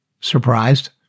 Surprised